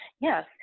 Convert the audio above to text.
Yes